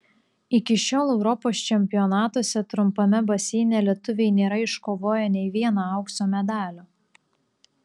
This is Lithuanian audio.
iki šiol europos čempionatuose trumpame baseine lietuviai nėra iškovoję nė vieno aukso medalio